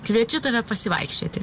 kviečiu tave pasivaikščioti